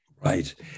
right